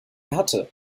hatte